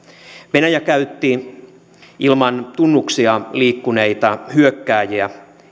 venäjä käytti ilman tunnuksia liikkuneita hyökkääjiä